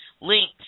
links